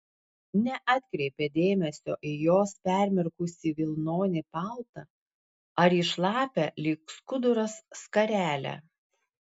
neatkreipė dėmesio į jos permirkusį vilnonį paltą ar į šlapią lyg skuduras skarelę